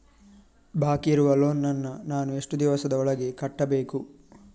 ಬಾಕಿ ಇರುವ ಲೋನ್ ನನ್ನ ನಾನು ಎಷ್ಟು ದಿವಸದ ಒಳಗೆ ಕಟ್ಟಬೇಕು?